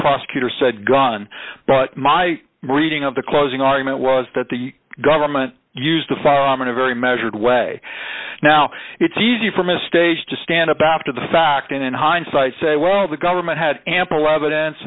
prosecutor said gun but my reading of the closing argument was that the government used a firearm in a very measured way now it's easy from a stage to stand up after the fact and in hindsight say well the government had ample evidence